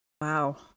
Wow